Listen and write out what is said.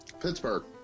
Pittsburgh